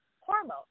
hormones